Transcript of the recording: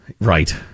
Right